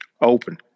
open